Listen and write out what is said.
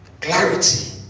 Clarity